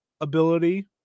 ability